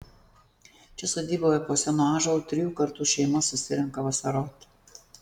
čia sodyboje po senu ąžuolu trijų kartų šeima susirenka vasaroti